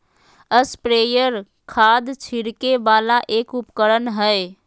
sprayer खाद छिड़के वाला एक उपकरण हय